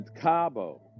Cabo